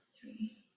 three